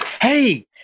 Hey